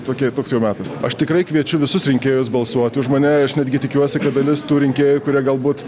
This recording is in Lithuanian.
tokie toks jau metas aš tikrai kviečiu visus rinkėjus balsuoti už mane aš netgi tikiuosi kad dalis tų rinkėjų kurie galbūt